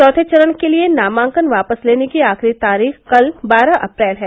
चौथे चरण के लिये नामांकन वापस लेने की आखिरी तारीख कल बारह अप्रैल है